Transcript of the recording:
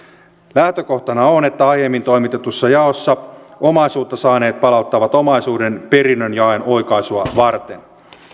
lähtökohtana on että aiemmin toimitetussa jaossa omaisuutta saaneet palauttavat omaisuuden perinnönjaon oikaisua varten